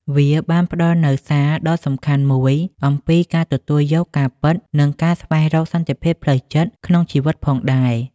វាបានផ្តល់នូវសារដ៏សំខាន់មួយអំពីការទទួលយកការពិត និងការស្វែងរកសន្តិភាពផ្លូវចិត្តក្នុងជីវិតផងដែរ។